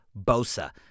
Bosa